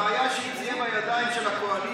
הבעיה שאם זה יהיה בידיים של הקואליציה,